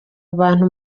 abantu